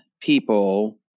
people